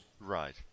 Right